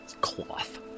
cloth